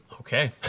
Okay